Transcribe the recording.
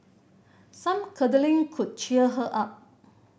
some cuddling could cheer her up